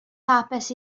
hapus